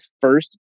first